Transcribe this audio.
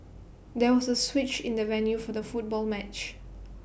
there was A switch in the venue for the football match